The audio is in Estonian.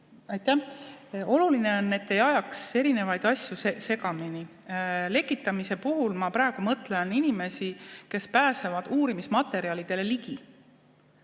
Oluline on, et ei ajaks asju segamini. Lekitamise puhul ma praegu mõtlen inimesi, kes pääsevad uurimismaterjalidele ligi